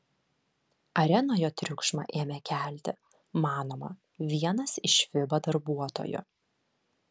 arenoje triukšmą ėmė kelti manoma vienas iš fiba darbuotojų